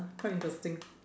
quite interesting